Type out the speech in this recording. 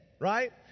right